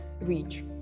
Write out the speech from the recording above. reach